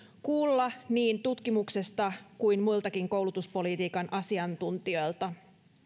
kuulla niin tutkimuksesta kuin muiltakin koulutuspolitiikan asiantuntijoilta